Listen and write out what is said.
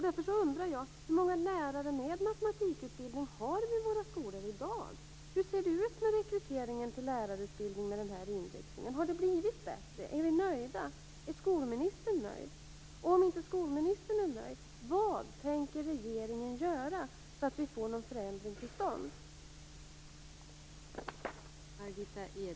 Därför undrar jag: Hur många lärare med matematikutbildning har vi i våra skolor i dag? Hur ser det ut med rekryteringen till lärarutbildningen med denna inriktning? Har det blivit bättre? Är vi nöjda? Är skolministern nöjd? Om inte skolministern är nöjd, vad tänker regeringen göra för att vi skall få någon förändring till stånd?